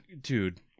dude